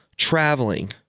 Traveling